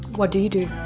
what do you do?